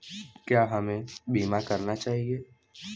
क्या हमें बीमा करना चाहिए?